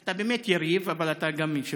אתה באמת יריב, אבל אתה גם יושב-ראש.